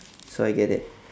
so I get it